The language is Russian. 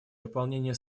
выполнение